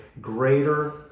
greater